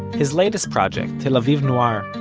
his latest project, tel aviv noir,